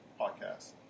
podcast